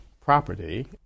property